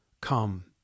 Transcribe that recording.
Come